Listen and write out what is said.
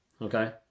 okay